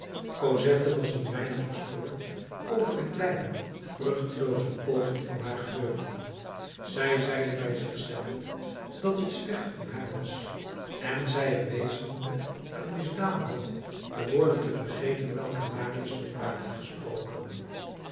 cosette was een weinig verstoord over de kleine vruchtelooze poging van haar geheugen zij zeide bij zich zelve dat het slecht van haar was en zij er wezenlijk aan misdaan had de woorden te vergeten welke marius tot haar had gesproken